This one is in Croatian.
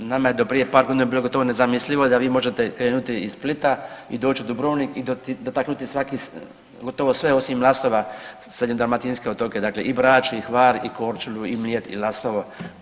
Nama je do prije par godina bilo gotovo nezamislivo da vi možete krenuti iz Splita i doći u Dubrovnik i dotaknuti svaki, gotovo sve osim Lastova, srednjodalmatinske otoke, dakle i Brač i Hvar i Korčulu i Mljet i Lastovo.